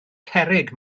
cerrig